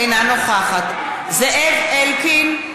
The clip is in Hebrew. אינה נוכחת זאב אלקין,